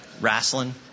wrestling